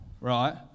right